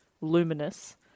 luminous